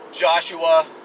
Joshua